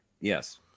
Yes